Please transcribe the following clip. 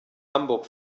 hamburg